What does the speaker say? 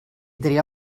tria